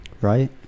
Right